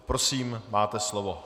Prosím, máte slovo.